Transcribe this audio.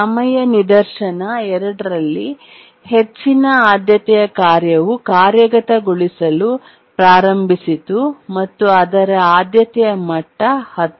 ಸಮಯ ನಿದರ್ಶನ 2 ರಲ್ಲಿ ಹೆಚ್ಚಿನ ಆದ್ಯತೆಯ ಕಾರ್ಯವು ಕಾರ್ಯಗತಗೊಳಿಸಲು ಪ್ರಾರಂಭಿಸಿತು ಮತ್ತು ಅದರ ಆದ್ಯತೆಯ ಮಟ್ಟ 10